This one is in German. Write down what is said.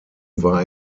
war